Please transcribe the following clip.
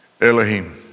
Elohim